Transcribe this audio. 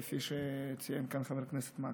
כפי שציין כאן חבר כנסת מקלב.